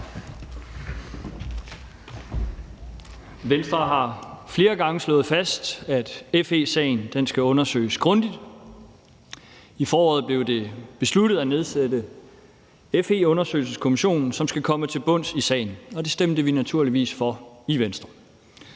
Venstre har flere gange slået fast, at FE-sagen skal undersøges grundigt. I foråret blev det besluttet at nedsætte FE-undersøgelseskommission, som skal komme til bunds i sagen. Det stemte vi naturligvis for i Venstre.